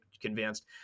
convinced